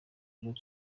rock